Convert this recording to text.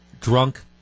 drunk